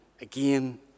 again